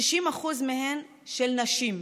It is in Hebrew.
60% מהן של נשים,